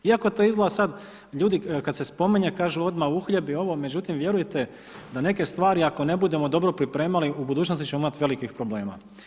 Iako to izgleda sad ljudi kad se spominje kažu odmah uhljebi, međutim vjerujte da neke stvari ako ne budemo dobro pripremali u budućnosti ćemo imati velikih problema.